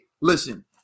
listen